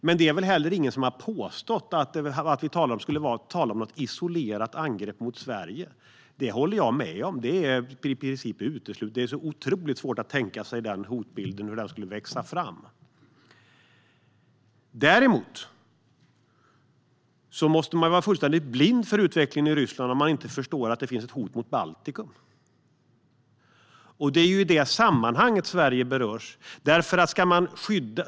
Men det är väl ingen som har påstått att vi skulle tala om ett isolerat angrepp mot Sverige. Där håller jag med Bringéus. Det är i princip uteslutet. Det är otroligt svårt att tänka sig hur den hotbilden skulle växa fram. Däremot måste man vara fullständigt blind för utvecklingen i Ryssland om man inte förstår att det finns ett hot mot Baltikum. Det är i det sammanhanget Sverige berörs.